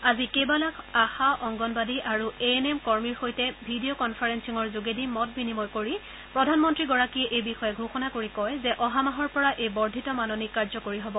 আজি কেইবালাখ আশা অংগনৱাড়ী আৰু এ এন এম কৰ্মীৰ সৈতে ভিডিঅ' কনফাৰেলিঙৰ যোগেদি মত বিনিময় কৰি প্ৰধানমন্ত্ৰীগৰাকীয়ে এই বিষয়ে ঘোষণা কৰি কয় যে অহা মাহৰ পৰা এই বৰ্ধিত মাননী কাৰ্যকৰী হ'ব